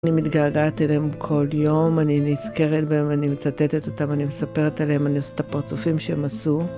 אני מתגעגעת אליהם כל יום, אני נזכרת בהם, אני מצטטת אותם, אני מספרת אליהם, אני עושה את הפרצופים שהם עשו.